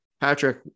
Patrick